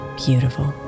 beautiful